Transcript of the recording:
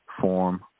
form